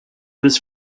was